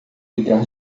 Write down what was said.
ligar